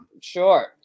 Sure